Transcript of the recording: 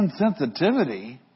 insensitivity